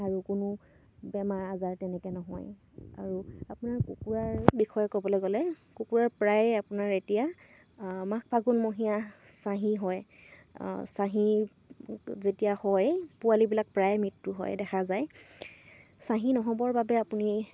আৰু কোনো বেমাৰ আজাৰ তেনেকৈ নহয় আৰু আপোনাৰ কুকুৰাৰ বিষয়ে ক'বলৈ গ'লে কুকুৰাৰ প্ৰায়ে আপোনাৰ এতিয়া মাঘ ফাগুনমহীয়া চাহী হয় চাহী যেতিয়া হয় পোৱালিবিলাক প্ৰায় মৃত্যু হয় দেখা যায় চাহী নহ'বৰ বাবে আপুনি